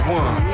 one